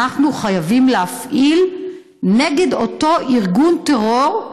אנחנו חייבים להפעיל נגד אותו ארגון טרור,